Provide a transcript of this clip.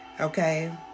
okay